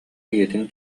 ийэтин